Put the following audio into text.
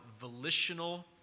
volitional